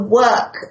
work